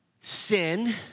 sin